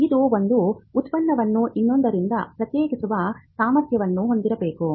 ಇದು ಒಂದು ಉತ್ಪನ್ನವನ್ನು ಇನ್ನೊಂದರಿಂದ ಪ್ರತ್ಯೇಕಿಸುವ ಸಾಮರ್ಥ್ಯವನ್ನು ಹೊಂದಿರಬೇಕು